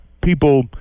people